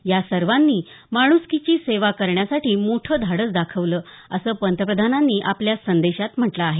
या सर्वांनी माण्सकीची सेवा करण्यासाठी मोठं धाडस दाखवलं असं पंतप्रधानांनी आपल्या संदेशात म्हटलं आहे